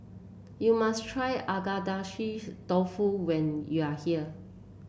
you must try Agedashi Dofu when you are here